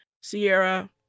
Sierra